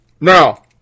Now